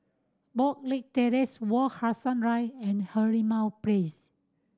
Boon Leat Terrace Wak Hassan and Merlimau Place